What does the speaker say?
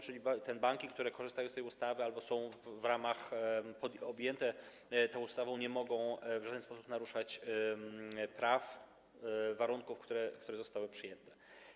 Czyli te banki, które korzystają z tej ustawy albo są objęte tą ustawą, nie mogą w żaden sposób naruszać praw, warunków, które zostały przyjęte.